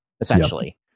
essentially